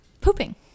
pooping